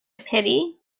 pity